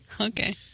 Okay